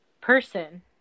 person